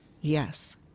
Yes